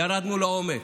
ירדנו לעומק,